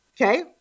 Okay